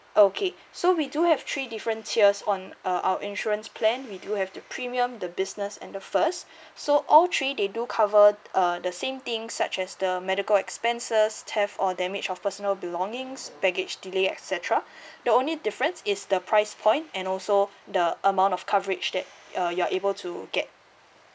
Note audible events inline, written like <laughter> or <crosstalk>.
okay so we do have three different tiers on uh our insurance plan we do have the premium the business and the first <breath> so all three they do cover uh the same thing such as the medical expenses theft or damage of personal belongings baggage delay etcetera <breath> the only difference is the price point and also the amount of coverage that uh you're able to get